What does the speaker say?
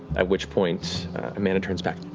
at which point amanda turns back.